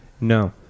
No